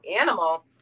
animal